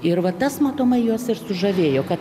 ir va tas matomai juos ir sužavėjo kad